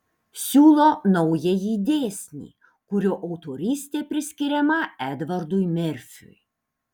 siūlo naująjį dėsnį kurio autorystė priskiriama edvardui merfiui